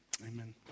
amen